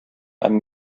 einem